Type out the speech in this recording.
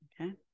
Okay